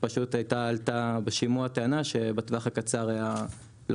פשוט עלתה בשימוע טענה שבטווח הקצר לא